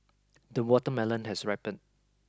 the watermelon has ripened